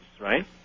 right